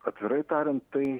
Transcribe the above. atvirai tariant tai